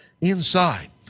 inside